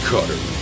Cutter